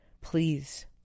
Please